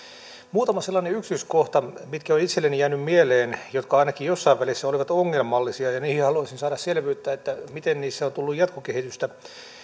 muutama sellainen yksityiskohta jotka ovat itselleni jääneet mieleen ja jotka ainakin jossain välissä olivat ongelmallisia ja joihin haluaisin saada selvyyttä sen suhteen miten niissä on tullut jatkokehitystä